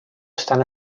estan